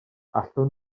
allwn